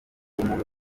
umuntu